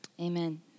amen